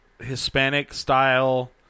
Hispanic-style